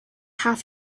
have